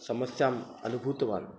समस्याम् अनुभूतवान्